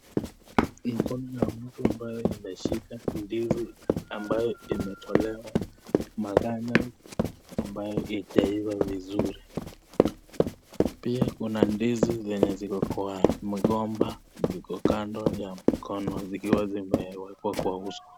Ni mkono ya mtu ambayo imeshika ndizi ambayo imetolewa maganda ambayo haijaiva vizuri, pia kuna ndizi zenye ziko kwa mgomba ziko kando ya mkono zikiwa zimewekwa kwa uso.